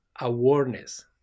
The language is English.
awareness